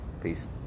Peace